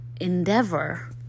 endeavor